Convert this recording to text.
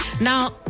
Now